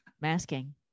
Masking